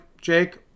Jake